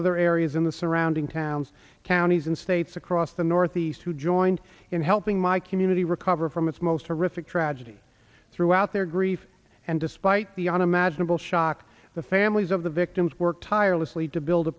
other areas in the surrounding towns counties and states across the northeast who joined in helping my community recover from its most horrific tragedy throughout their grief and despite the unimaginable shock the families of the victims worked tirelessly to build a